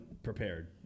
prepared